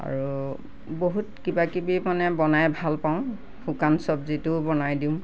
আৰু বহুত কিবাকিবি মানে বনাই ভালপাওঁ শুকান চবজিটোও বনাই দিওঁ